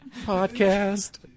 Podcast